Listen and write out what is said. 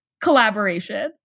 collaboration